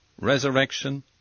resurrection